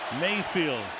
Mayfield